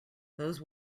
those